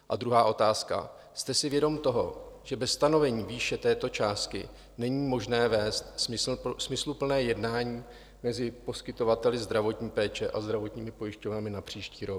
A druhá otázka: Jste si vědom toho, že bez stanovení výše této částky není možné vést smysluplné jednání mezi poskytovateli zdravotní péče a zdravotními pojišťovnami na příští rok?